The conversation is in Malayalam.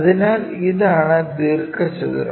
അതിനാൽ ഇതാണ് ദീർഘചതുരം